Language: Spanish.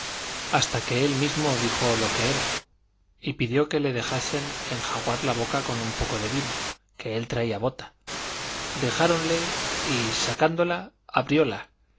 hasta que él mismo dijo lo que era y pidió que le dejasen enjaguar la boca con un poco de vino que él traía bota dejáronle y sacándola abrióla y